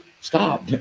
stop